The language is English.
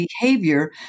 behavior